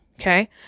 okay